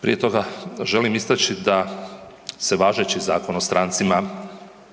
Prije toga želim istaći da se važeći Zakon o strancima